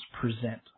present